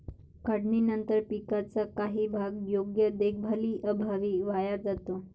काढणीनंतर पिकाचा काही भाग योग्य देखभालीअभावी वाया जातो